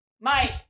Mike